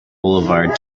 boulevard